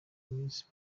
iminsi